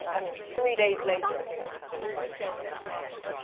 i mean, three days later i think we were still recovering from that reaction.